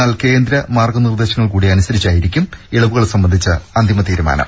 എന്നാൽ കേന്ദ്ര മാർഗ്ഗ നിർദ്ദേശങ്ങൾക്കൂടി പരിഗണിച്ചായിരിക്കും ഇളവുകൾ സംബന്ധിച്ച അന്തിമ തീരുമാനം